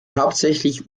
hauptsächlich